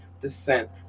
descent